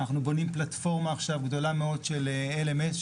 אנחנו בונים עכשיו פלטפורמה גדולה מאוד של LMS,